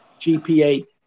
GPA